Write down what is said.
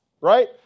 right